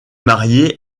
marié